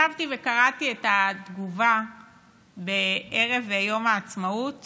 ישבתי וקראתי את התגובה בערב יום העצמאות